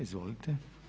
Izvolite.